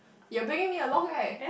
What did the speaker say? you're bringing me along right